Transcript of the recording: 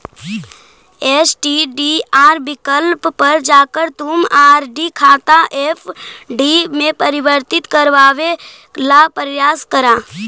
STDR विकल्प पर जाकर तुम आर.डी खाता एफ.डी में परिवर्तित करवावे ला प्रायस करा